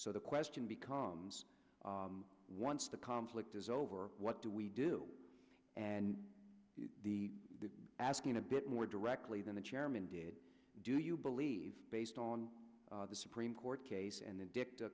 so the question becomes once the conflict is over what do we do and the asking a bit more directly than the chairman did do you believe based on the supreme court case and